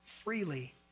freely